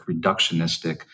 reductionistic